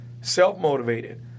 self-motivated